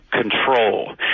control